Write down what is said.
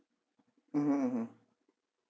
mmhmm mmhmm